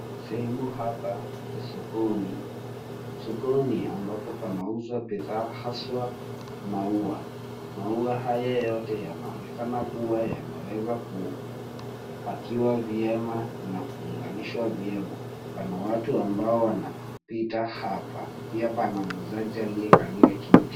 Sehemu hapa, ni sokoni, sokoni ambapo panauza bidhaa haswa maua. Maua haya yote yanaonekana kuwa yameweza kupakiwa vyema na kuunganisha vyema. Pana watu ambao wanapita hapa. Pia pana muuzaji aliyekalia kiti.